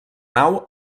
nau